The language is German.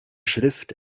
schrift